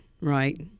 right